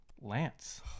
Lance